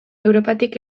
europatik